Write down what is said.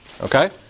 okay